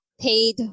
paid